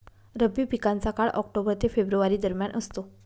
रब्बी पिकांचा काळ ऑक्टोबर ते फेब्रुवारी दरम्यान असतो